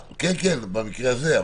במקרה הזה.